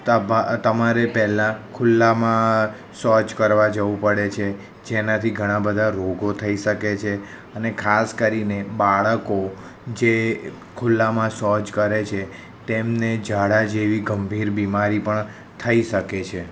તમારે પહેલા ખુલ્લામાં શૌચ કરવા જવું પડે છે જેનાથી ઘણા બધા રોગો થઈ શકે છે અને ખાસ કરીને બાળકો જે ખુલ્લામાં શૌચ કરે છે તેમને ઝાડા જેવી ગંભીર બીમારી પણ થઈ શકે છે